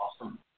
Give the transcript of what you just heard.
awesome